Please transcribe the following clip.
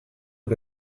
che